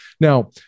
Now